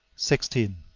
sixteen.